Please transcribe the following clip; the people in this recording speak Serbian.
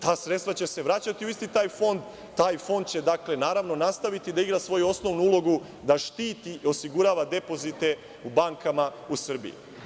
Ta sredstva će se vraćati u isti taj fond, taj fond će, dakle, naravno, nastaviti da igra svoju osnovnu ulogu da štiti i osigurava depozite u bankama u Srbiji.